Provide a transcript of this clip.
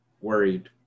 worried